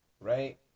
right